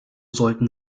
sollten